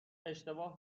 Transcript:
اشتباه